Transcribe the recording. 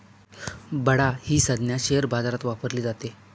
बडा ही संज्ञा शेअर बाजारात वापरली जाते